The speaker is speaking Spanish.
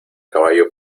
caballo